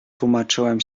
tłumaczyłem